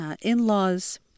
in-laws